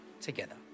together